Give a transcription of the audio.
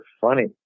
funny